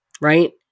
Right